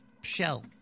shell